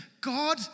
God